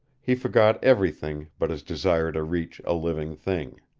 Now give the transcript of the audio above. he forgot everything but his desire to reach a living thing.